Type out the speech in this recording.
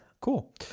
cool